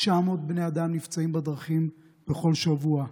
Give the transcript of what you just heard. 900 בני אדם נפצעים בדרכים בכל שבוע.